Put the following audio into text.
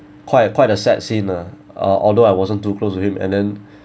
quiet a quiet a sad scene ah uh although I wasn't too close to with him and then